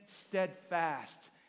steadfast